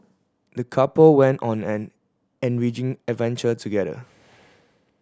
the couple went on an enriching adventure together